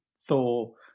Thor